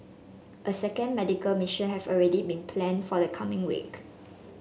a second medical mission has already been planned for the coming week